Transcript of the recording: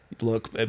look